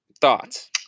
Thoughts